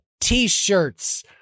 t-shirts